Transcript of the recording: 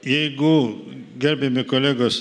jeigu gerbiami kolegos